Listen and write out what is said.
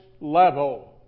level